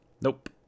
Nope